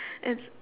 it's